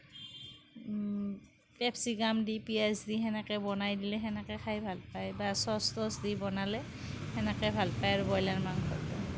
capsicum দি পিঁয়াজ দি বনাই দি সেনেকে বনাই দিলে সেনেকা খাই ভাল পায় বা চচ টচ দি বনালে সেনেকা ভাল পায় আৰু ব্ৰইলাৰ মাংসটো